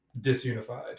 disunified